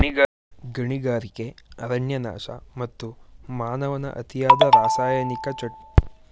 ಗಣಿಗಾರಿಕೆ, ಅರಣ್ಯನಾಶ, ಮತ್ತು ಮಾನವನ ಅತಿಯಾದ ರಾಸಾಯನಿಕ ಚಟುವಟಿಕೆಗಳಿಂದ ಭೂಮಿ ತನ್ನ ಫಲವತ್ತತೆಯನ್ನು ಕಳೆದುಕೊಳ್ಳುತ್ತಿದೆ